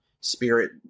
spirit